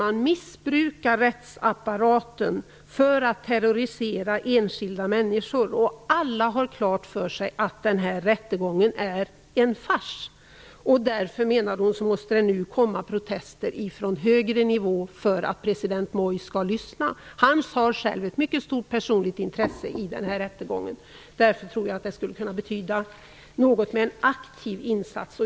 Hon menade att rättsapparaten missbrukas för ett terrorisera enskilda människor. Alla har klart för sig att den här rättegången är en fars. Därför, menade hon, måste det nu komma protester från högre nivå för att president Moi skall lyssna. Han har själv ett mycket stort personligt intresse i den här rättegången. Därför tror jag att det skulle kunna betyda något med en aktiv insats.